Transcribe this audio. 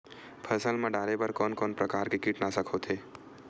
फसल मा डारेबर कोन कौन प्रकार के कीटनाशक होथे?